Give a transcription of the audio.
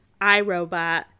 iRobot